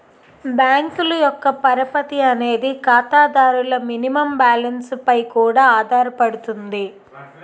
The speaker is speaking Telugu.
బ్యాంకుల యొక్క పరపతి అనేది ఖాతాదారుల మినిమం బ్యాలెన్స్ పై కూడా ఆధారపడుతుంది